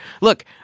Look